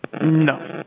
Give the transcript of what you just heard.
No